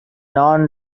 non